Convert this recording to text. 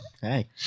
Hey